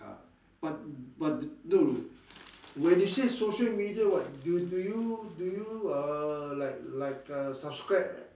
ah but but when you say social media what do do you do you uh like like uh subscribe